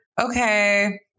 okay